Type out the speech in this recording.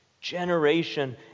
generation